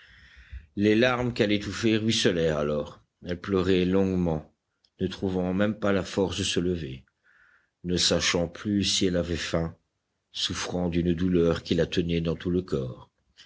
les larmes qu'elle étouffait ruisselèrent alors elle pleurait longuement ne trouvant même pas la force de se lever ne sachant plus si elle avait faim souffrant d'une douleur qui la tenait dans tout le corps